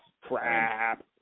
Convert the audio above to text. Crap